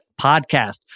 podcast